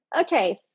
okay